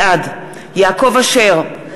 בעד יעקב אשר,